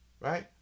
Right